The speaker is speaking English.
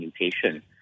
mutation